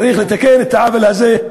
צריך לתקן את העוול הזה.